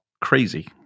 crazy